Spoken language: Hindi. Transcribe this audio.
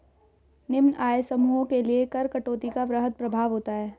निम्न आय समूहों के लिए कर कटौती का वृहद प्रभाव होता है